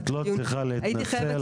את לא צריכה להתנצל, הכל בסדר.